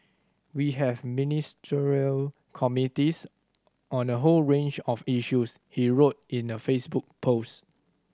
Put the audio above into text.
we have Ministerial committees on a whole range of issues he wrote in a Facebook post